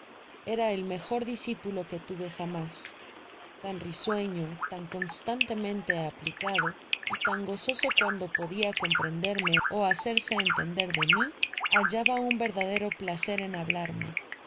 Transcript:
era el mejor discipulo que tuve jamás tan risueño tan constantemente aplicado y tan gozoso cual do podia comprenderme ó hacerss entender de nu hallaba un verdadero placer en hablarme